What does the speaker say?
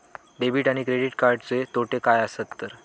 Debit आणि credit कार्डचे तोटे काय आसत तर?